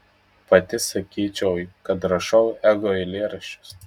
pati sakyčiau kad rašau ego eilėraščius